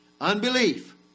Unbelief